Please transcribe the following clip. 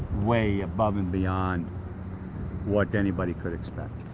way above and beyond what anybody could expect.